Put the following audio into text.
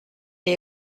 est